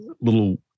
little